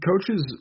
coaches